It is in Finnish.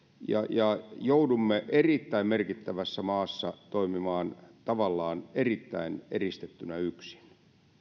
ja joudumme erittäin merkittävässä maassa toimimaan tavallaan erittäin eristettynä yksin